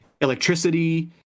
Electricity